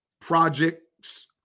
projects